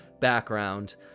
background